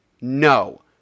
no